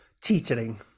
teetering